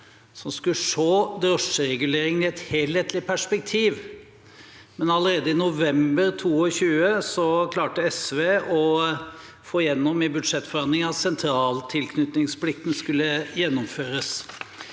som skulle se drosjereguleringen i et helhetlig perspektiv. Allerede i november 2022 klarte SV å få gjennom i budsjettforhandlingene at sentraltilknytningsplikten skulle gjennomføres.